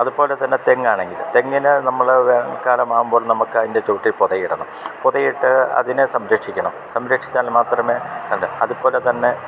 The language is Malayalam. അതുപോലെ തന്നെ തെങ്ങ് ആണെങ്കിൽ തെങ്ങിന് നമ്മൾ വേനൽക്കാലം ആകുമ്പോൾ നമുക്ക് അതിൻ്റെ ചോട്ടിൽ പൊതയിടണം പൊതയിട്ട് അതിനെ സംരക്ഷിക്കണം സംരക്ഷിച്ചാൽ മാത്രമേ അത് അതുപോലെ തന്നെ